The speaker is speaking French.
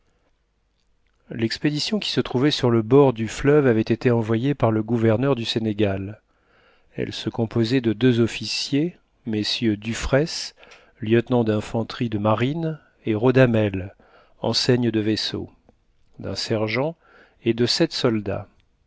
l'expédition qui se trouvait sur le bord du fleuve avait été envoyée par le gouverneur du sénégal elle se composait de deux officiers mm dufraisse lieutenant d'infanterie de marine et rodamel enseigne de vaisseau d'un sergent et de sept soldats